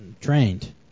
trained